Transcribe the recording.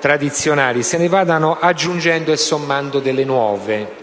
tradizionali - se ne vadano aggiungendo e sommando delle nuove.